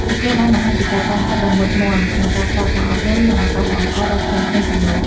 ពួកគេបានបង្ហាញពីការតាំងចិត្តដ៏មុតមាំក្នុងការផ្ដល់ការអប់រំ និងឱកាសល្អៗដល់ក្មេងៗទាំងនោះ។